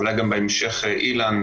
אולי גם בהמשך אילן,